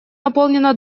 наполнено